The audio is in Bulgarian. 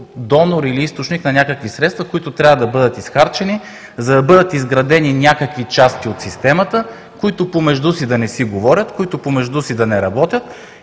донор или източник на някакви средства, които трябва да бъдат изхарчени, за да бъдат изградени някакви части от системата, които помежду си да не си говорят, които помежду си да не работят,